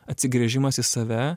atsigręžimas į save